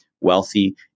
wealthy